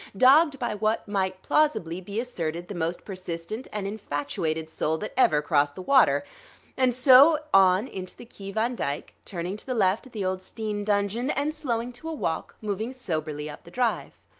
dogged by what might plausibly be asserted the most persistent and infatuated soul that ever crossed the water and so on into the quai van dyck, turning to the left at the old steen dungeon and, slowing to a walk, moving soberly up the drive.